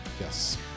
Yes